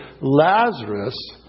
Lazarus